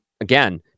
again